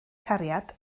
cariad